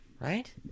right